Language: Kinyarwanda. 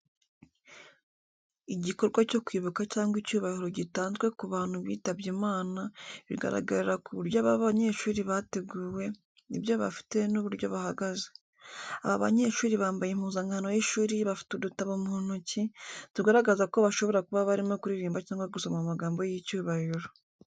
Igikorwa cyo kwibuka cyangwa icyubahiro gitanzwe ku bantu bitabye Imana, bigaragarira ku buryo aba banyeshuri bateguwe, ibyo bafite n’uburyo bahagaze. Aba banyeshuri bambaye impuzankano y'ishuri bafite udutabo mu ntoki, tugaragaza ko bashobora kuba barimo kuririmba cyangwa gusoma amagambo y’icyubahiro.